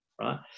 right